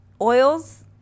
oils